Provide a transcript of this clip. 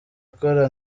ikora